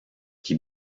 qui